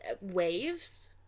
Waves